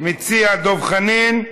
למציע דב חנין.